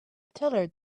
teller